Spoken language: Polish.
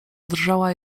drżała